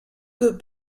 que